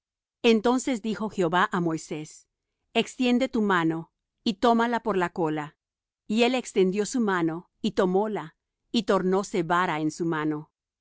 entonces dijo jehová á moisés extiende tu mano y tómala por la cola y él extendió su mano y tomóla y tornóse vara en su mano